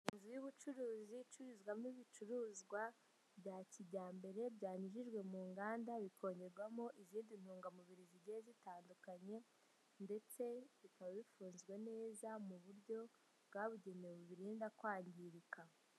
Inzu y'ubucuruzi icururizwamo ibicuruzwa bya kijyambere byanjijwe mu nganda, bikongerwamo izindi ntungamubiri zigiye zitandukanye ndetse bikaba bifuzwe neza, mu buryo bwabugenewe bubirinda kwangirika.